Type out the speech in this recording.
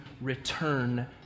return